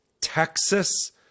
Texas